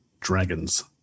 Dragons